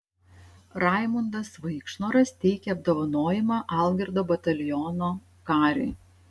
raimundas vaikšnoras teikia apdovanojimą algirdo bataliono kariui